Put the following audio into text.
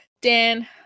Dan